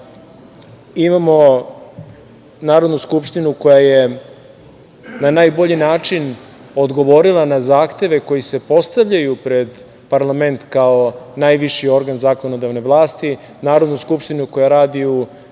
imamo Narodnu skupštinu koja je na najbolji način odgovorila na zahteve koji se postavljaju pred parlament, kao najviši organ zakonodavne vlasti, Narodnu skupštinu koja radi u